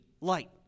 light